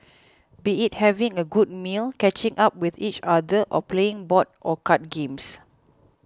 be it having a good meal catching up with each other or playing board or card games